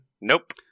Nope